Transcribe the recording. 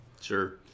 Sure